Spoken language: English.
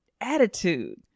attitude